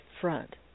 front